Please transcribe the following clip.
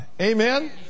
Amen